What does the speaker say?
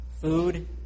food